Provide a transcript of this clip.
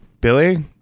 billy